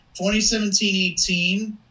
2017-18